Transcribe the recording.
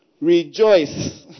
Rejoice